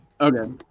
Okay